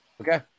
Okay